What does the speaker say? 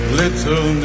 little